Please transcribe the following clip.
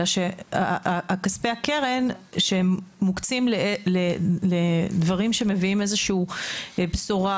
אלא שכספי הקרן שמוקצים לדברים שמביאים איזה שהיא בשורה,